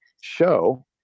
show